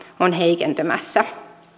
ovat heikentymässä